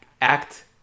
act